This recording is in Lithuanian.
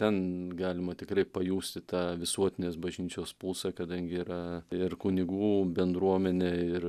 ten galima tikrai pajusti tą visuotinės bažnyčios pulsą kadangi yra ir kunigų bendruomenė ir